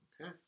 Okay